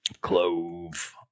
clove